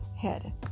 head